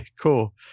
Cool